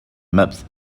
maps